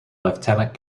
lieutenant